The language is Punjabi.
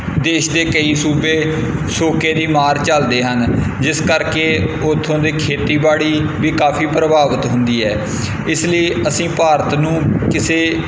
ਦੇਸ਼ ਦੇ ਕਈ ਸੂਬੇ ਸੋਕੇ ਦੀ ਮਾਰ ਝੱਲਦੇ ਹਨ ਜਿਸ ਕਰਕੇ ਉੱਥੋਂ ਦੇ ਖੇਤੀਬਾੜੀ ਵੀ ਕਾਫ਼ੀ ਪ੍ਰਭਾਵਿਤ ਹੁੰਦੀ ਹੈ ਇਸ ਲਈ ਅਸੀਂ ਭਾਰਤ ਨੂੰ ਕਿਸੇ